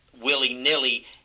willy-nilly –